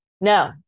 No